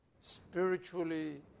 spiritually